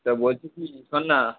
তা বলছি কি শোন না